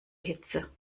hitze